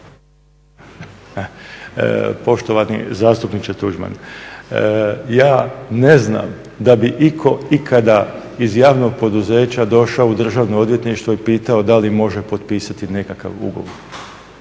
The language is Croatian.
Poštovani zastupniče Tuđman, ja ne znam da bi itko ikada iz javnog poduzeća došao u Državno odvjetništvo i pitao da li može potpisati nekakav ugovor.